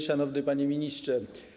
Szanowny Panie Ministrze!